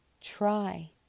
try